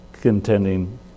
contending